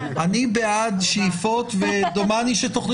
ממשיכים